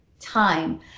time